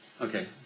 Okay